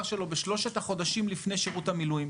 שלו בשלושת החודשים לפני שירות המילואים,